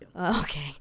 Okay